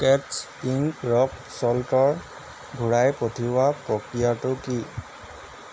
কেট্ছ pink rock ছল্টৰ ঘূৰাই পঠিওৱাৰ প্ৰক্ৰিয়াটো কি